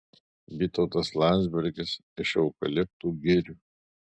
vytautas landsbergis iš eukaliptų girių